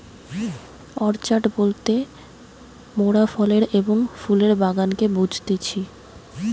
orchard বলতে মোরাফলের এবং ফুলের বাগানকে বুঝতেছি